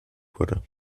wurde